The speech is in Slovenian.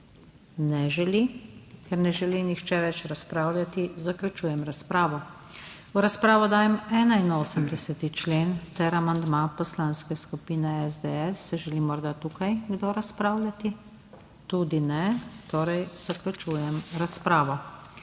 Ne želi. Ker ne želi nihče več razpravljati, zaključujem razpravo. V razpravo dajem 81. člen ter amandma Poslanske skupine SDS. Želi morda tukaj kdo razpravljati? Tudi ne, torej zaključujem razpravo.